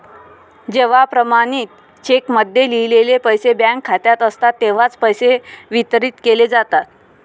जेव्हा प्रमाणित चेकमध्ये लिहिलेले पैसे बँक खात्यात असतात तेव्हाच पैसे वितरित केले जातात